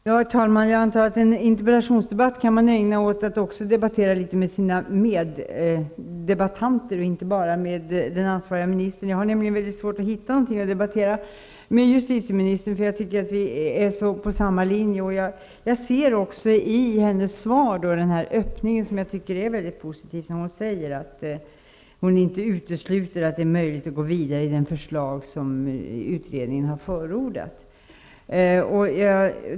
Herr talman! Jag antar att man i en interpellationsdebatt också kan debattera med sina meddebattanter och inte bara med den ansvariga ministern. Jag har nämligen svårt att hitta något att debattera med justitieministern om -- jag tycker vi är på samma linje. I hennes svar ser jag en positiv öppning när hon säger att hon inte utesluter möjligheten att gå vidare i det förslag utredningen förordat.